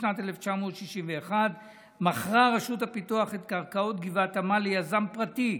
בשנת 1961 מכרה רשות הפיתוח את קרקעות גבעת עמל ליזם פרטי.